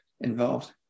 involved